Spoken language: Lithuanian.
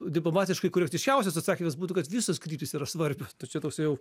diplomatiškai korektiškiausias atsakymas būtų kad visos kryptys yra svarbios tai čia toks jau